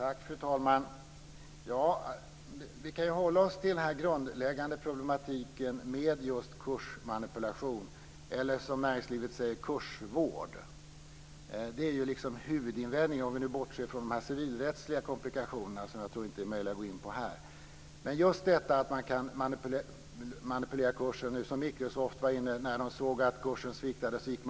Fru talman! Vi kan hålla oss till den grundläggande problematiken med just kursmanipulation, eller som näringslivet säger, kursvård. Det är liksom huvudinvändningen, om vi bortser från de civilrättsliga komplikationerna, som jag inte tror är möjliga att gå in på här. Just möjligheten att manipulera kursen öppnas genom att man både kan förvärva och sedan sälja ut aktier.